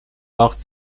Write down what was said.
macht